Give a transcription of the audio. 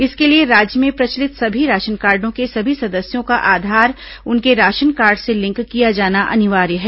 इसके लिए राज्य में प्रचलित सभी राशनकार्डो के सभी सदस्यों का आधार उनके राशनकार्ड से लिंक किया जाना अनिवार्य है